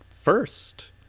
first